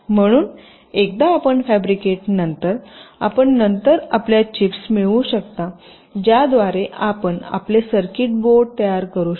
म्हणून एकदा आपण फॅब्रिकेट नंतरआपण शेवटी आपल्या चिप्स मिळवू शकता ज्याद्वारे आपण आपले सर्किट बोर्ड तयार करू शकता